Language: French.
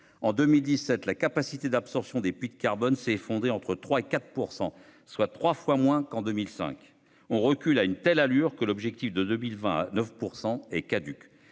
En 2017, la capacité d'absorption des puits de carbone s'est effondrée entre 3 % et 4 %, soit trois fois moins qu'en 2005. On recule à une telle allure que l'objectif de 9 % en 2020 est caduc,